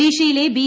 ഒഡീഷയിലെ ബി